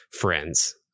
friends